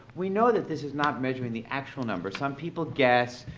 we know that this is not measuring the actual number. some people guess.